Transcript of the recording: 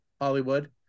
Hollywood